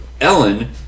Ellen